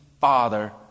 Father